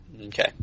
Okay